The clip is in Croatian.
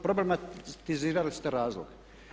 Problematizirali ste razlog.